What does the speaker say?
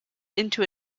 into